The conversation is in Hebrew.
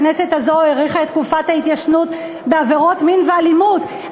הכנסת הזאת האריכה את תקופת ההתיישנות בעבירות מין ואלימות,